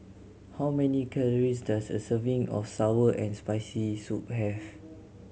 how many calories does a serving of sour and Spicy Soup have